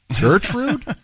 Gertrude